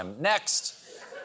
Next